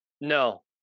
No